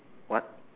what